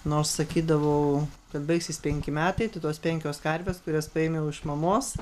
nors sakydavau kad baigsis penki metai tai tos penkios karvės kurias paėmiau iš mamos